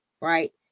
right